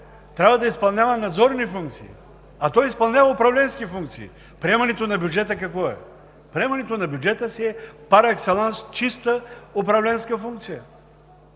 трябва да изпълнява надзорни функции, а той изпълнява управленски функции. Приемането на бюджета какво е? Приемането на бюджета си е паракселанс чиста управленска функция.